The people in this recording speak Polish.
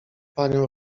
panią